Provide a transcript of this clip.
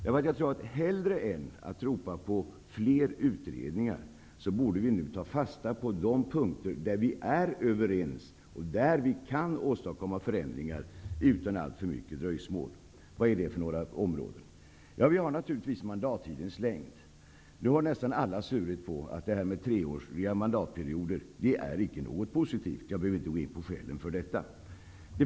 I stället för att ropa på fler utredningar tror jag att vi nu borde ta fasta på de punkter där vi är överens och där vi kan åstadkomma förändringar utan alltför stort dröjsmål. Vad är det då för områden jag avser? Ja, vi har naturligtvis frågan om mandattidens längd. Nästan alla har svurit på att det här med treåriga mandatperioder icke är något positivt. Jag behöver inte gå in på skälen för detta.